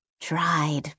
tried